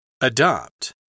Adopt